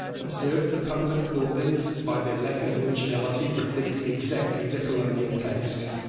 observed the public buildings by their lack of origin ality reflecting exactly the colonial taste.